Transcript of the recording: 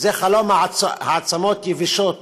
זה חלום העצמות היבשות,